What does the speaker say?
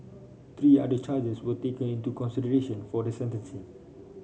three other charges were taken into consideration for the sentencing